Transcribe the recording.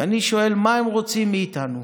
ואני שואל: מה הם רוצים מאיתנו?